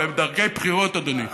בדרכי בחירות, אדוני.